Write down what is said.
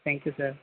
thank you sir